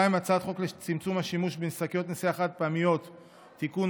2. הצעת חוק לצמצום השימוש בשקיות נשיאה חד-פעמיות (תיקון,